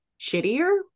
shittier